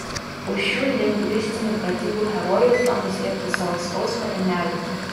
už šių lingvistinių pratybų herojus bando slėpti savo skausmą ir neviltį